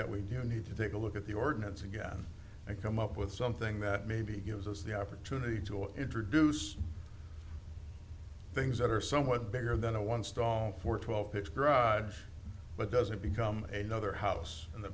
that we do need to take a look at the ordinance again i come up with something that maybe gives us the opportunity to introduce things that are somewhat bigger than a one stall for twelve his garage but does it become a nother house in the